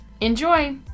Enjoy